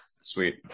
Sweet